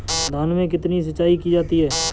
धान में कितनी सिंचाई की जाती है?